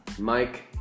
Mike